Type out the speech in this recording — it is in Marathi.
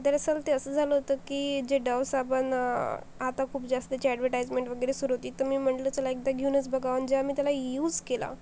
दरअसल ते असं झालं होतं की जे डव साबण आता खूप जास्त त्याची ॲडवर्टाइजमेंट वगैरे सुरू होती तर मी म्हटलं चला एकदा घेऊनच बघावं आणि जेव्हा मी त्याला यूज केला